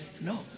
No